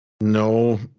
No